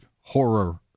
horror